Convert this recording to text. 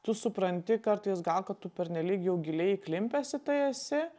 tu supranti kartais gal kad tu pernelyg jau giliai įklimpęs į tai esi